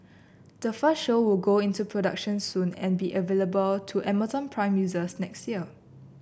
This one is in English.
the first show will go into production soon and be available to Amazon Prime users next year